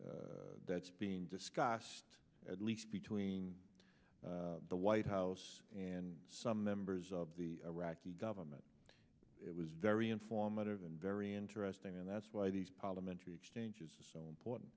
states that's being discussed at least between the white house and some members of the iraqi government it was very informative and very interesting and that's why these parliamentary exchanges are so important